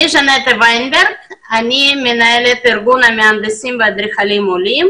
אני מנהלת ארגון המהנדסים והאדריכלים העולים.